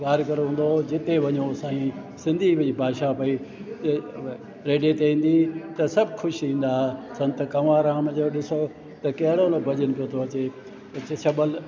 कारीगर हूंदो हुओ जिते वञूं साईं सिंधी भाषा भई रेडियो ते ईंदी हुई त सभु ख़ुशि थींदा हुआ संत कंवरराम जो ॾिसो त कहिड़ो न भॼन पियो थो अचे हिते सबल